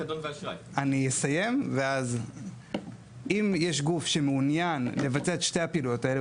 אם יש גוף שמעוניין לבצע את שתי הפעילויות האלה,